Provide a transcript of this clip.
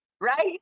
right